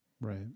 Right